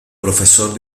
profesor